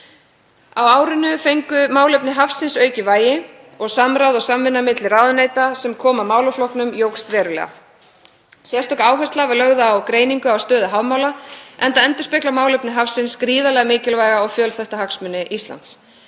Á árinu fengu málefni hafsins aukið vægi og samráð og samvinna milli ráðuneyta sem koma að málaflokknum jókst verulega. Sérstök áhersla var lögð á greiningu á stöðu hafmála, enda endurspegla málefni hafsins gríðarlega mikilvæga og fjölþætta hagsmuni Íslands.